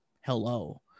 hello